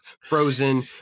Frozen